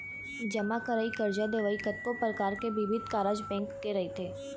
जमा करई, करजा देवई, कतको परकार के बिबिध कारज बेंक के रहिथे